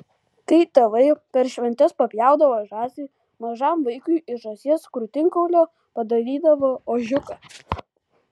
kai tėvai per šventes papjaudavo žąsį mažam vaikui iš žąsies krūtinkaulio padarydavo ožiuką